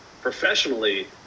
professionally